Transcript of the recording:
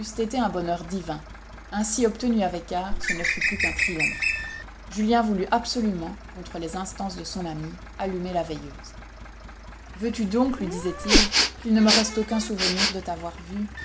été un bonheur divin ainsi obtenus avec art ce ne fut plus qu'un triomphe julien voulut absolument contre les instances de son amie allumer la veilleuse veux-tu donc lui disait-il qu'il ne me reste aucun souvenir de t'avoir vue